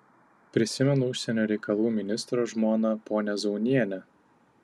prisimenu užsienio reikalų ministro žmoną ponią zaunienę